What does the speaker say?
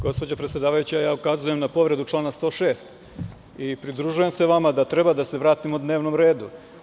Gospođo predsedavajuća, ukazujem na povredu člana 106. i pridružujem se vama da treba da se vratimo dnevnom redu.